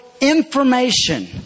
information